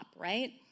right